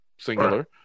singular